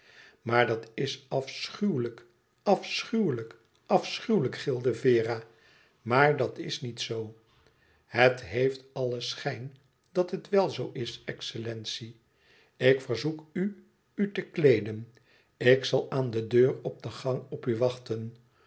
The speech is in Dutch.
maar dat is afschuwelijk afschuwelijk afschuwelijk gilde vera maar dat is niet zoo het heeft allen schijn dat het wel zoo is excellentie ik verzoek u u te kleeden ik zal aan de deur op de gang op u wachten